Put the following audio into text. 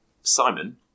Simon